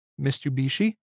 Mitsubishi